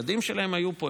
הילדים שלהם היו פה,